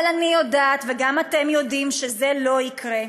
אבל אני יודעת, וגם אתם יודעים, שזה לא יקרה.